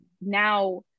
now